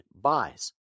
buys